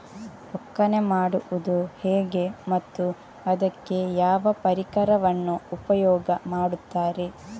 ಒಕ್ಕಣೆ ಮಾಡುವುದು ಹೇಗೆ ಮತ್ತು ಅದಕ್ಕೆ ಯಾವ ಪರಿಕರವನ್ನು ಉಪಯೋಗ ಮಾಡುತ್ತಾರೆ?